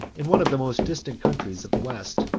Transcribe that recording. in one of the most distant countries of the west,